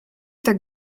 tak